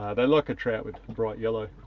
ah they're like a trout with bright yellow.